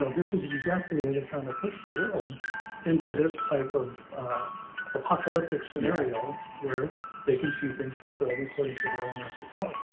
this is exactly where they're trying to push the world into this type of apocalyptic scenario, where they can see things fulfilled according to their own eschatology.